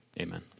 Amen